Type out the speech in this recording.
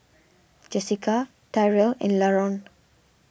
Jessika Tyrell and Laron